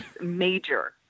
major